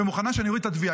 ומוכנה שאני אוריד את התביעה.